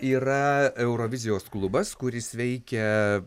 yra eurovizijos klubas kuris veikia